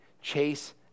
Chase